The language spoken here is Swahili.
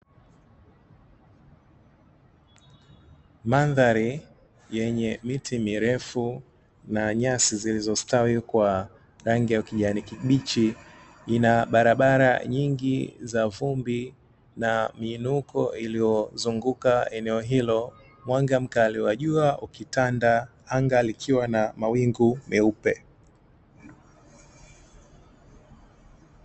Mandhari yenye miti mirefu na nyasi zilizostawi kwa rangi ya kijani kibichi ina barabara nyingi za vumbi na miinuko iliyozunguka eneo hilo mwanga mkali wa jua ukitanda anga likiwa na mawingu meupe.